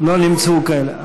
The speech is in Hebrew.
לא נמצאו כאלה.